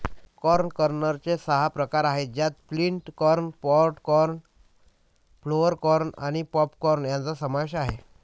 corn कर्नलचे सहा प्रकार आहेत ज्यात flint corn, pod corn, flour corn आणि पॉप कॉर्न यांचा समावेश आहे